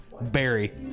barry